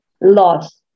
loss